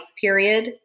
period